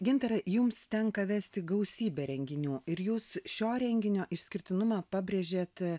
gintarai jums tenka vesti gausybę renginių ir jūs šio renginio išskirtinumą pabrėžėt